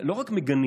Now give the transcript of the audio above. לא רק מגנים